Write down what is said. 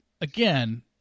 again